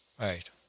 right